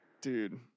dude